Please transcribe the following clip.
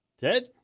Ted